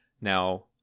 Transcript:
Now